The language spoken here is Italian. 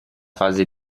fase